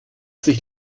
sich